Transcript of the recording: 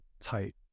tight